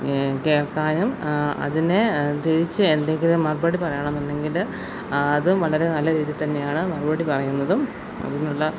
കേൾക്കാനും അതിനെ തീർച്ചയായും എന്തെങ്കിലും മറുപടി പറയണം എന്നുണ്ടങ്കിൽ ആ അതും വളരെ നല്ല രീതിയിൽ തന്നെയാണ് മറുപടി പറയുന്നതും അതിനുള്ള